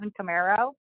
Camaro